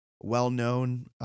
well-known